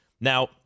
Now